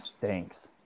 Thanks